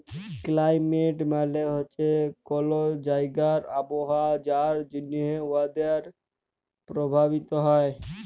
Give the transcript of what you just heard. climate মালে হছে কল জাইগার আবহাওয়া যার জ্যনহে ওয়েদার পরভাবিত হ্যয়